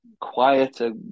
quieter